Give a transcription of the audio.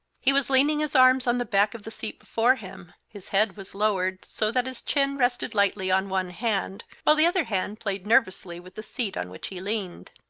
he was leaning his arms on the back of the seat before him his head was lowered so that his chin rested lightly on one hand, while the other hand played nervously with the seat on which he leaned.